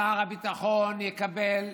שר הביטחון יקבל,